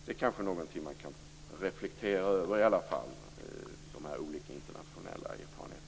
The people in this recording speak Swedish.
De här olika internationella erfarenheterna är kanske något man i alla fall kan reflektera över.